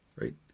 right